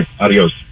Adios